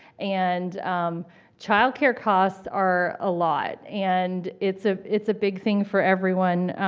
and child care costs are a lot, and it's a it's a big thing for everyone